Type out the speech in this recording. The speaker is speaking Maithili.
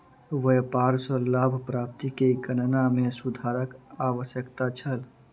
व्यापार सॅ लाभ प्राप्ति के गणना में सुधारक आवश्यकता छल